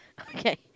Okay